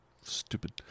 stupid